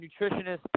nutritionist